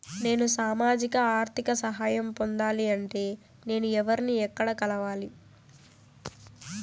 నేను సామాజిక ఆర్థిక సహాయం పొందాలి అంటే నేను ఎవర్ని ఎక్కడ కలవాలి?